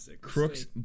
Crooks